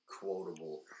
quotable